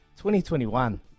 2021